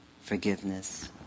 forgiveness